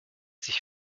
sich